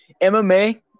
MMA